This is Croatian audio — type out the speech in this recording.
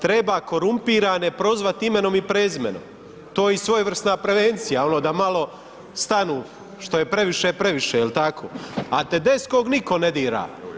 Treba korumpirane prozvati imenom i prezimenom, to je i svojevrsna prevencija ono da malo stanu, što je previše je previše jel tako, a Tedeschog nitko ne dira.